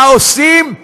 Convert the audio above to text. מה עושים?